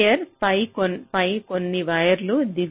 పై layer పై కొన్ని వైర్లు